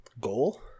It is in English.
goal